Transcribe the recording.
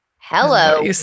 Hello